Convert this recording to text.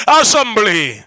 assembly